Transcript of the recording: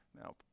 Now